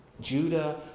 Judah